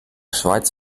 schweiz